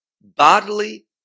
bodily